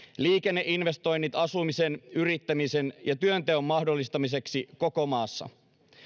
liikenneinvestoinnit asumisen yrittämisen ja työnteon mahdollistamiseksi koko maassa